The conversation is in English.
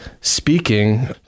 speaking